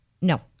No